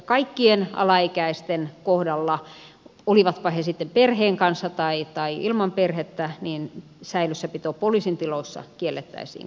kaikkien alaikäisten kohdalla olivatpa he sitten perheen kanssa tai ilman perhettä säilössäpito poliisin tiloissa kiellettäisiin kokonaan